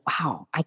wow